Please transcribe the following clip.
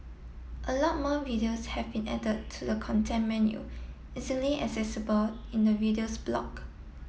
a lot more videos have been added to the content menu easily accessible in the videos block